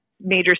major